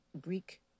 Greek